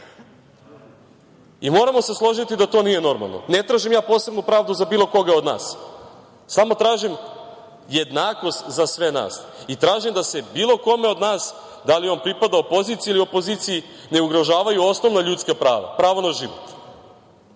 meta. Moramo se složiti da to nije normalno. Ne tražim ja posebnu pravdu za bilo koga od nas, samo tražim jednakost za sve nas i tražim da se bilo kome od nas, da li on pripadao poziciji ili opoziciji neugrožavaju osnovna ljudska prava, pravo na život. Kada